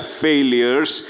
failures